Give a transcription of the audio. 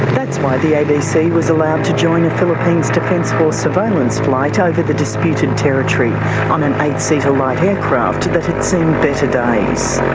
that's why the abc was allowed to join the philippines defence force surveillance flight ah over the disputed territory on an eight-seater light aircraft that had seen better days.